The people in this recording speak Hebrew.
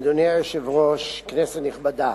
אדוני היושב-ראש, כנסת נכבדה,